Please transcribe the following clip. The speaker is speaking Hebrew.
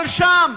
אבל שם,